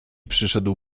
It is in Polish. przyszedł